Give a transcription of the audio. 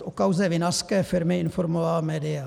O kauze vinařské firmy informovala média.